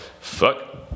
Fuck